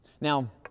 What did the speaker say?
Now